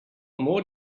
more